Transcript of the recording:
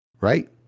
Right